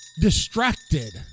distracted